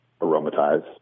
aromatize